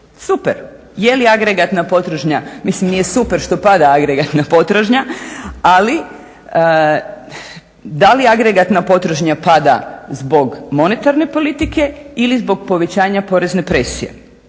super. Jeli agregatna potražnja, mislim nije super što pada agregatna potražnja, ali da li agregatna potražnja pada zbog monetarne politike ili zbog povećanja porezne presije?